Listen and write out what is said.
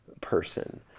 person